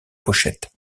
pochettes